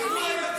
סליחה,